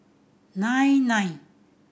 nine nine